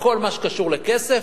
בכל מה שקשור לכסף